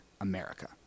America